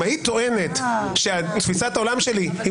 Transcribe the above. אם היית טוענת שתפיסת העולם שלי היא